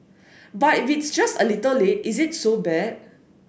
but if it's just a little late is it so bad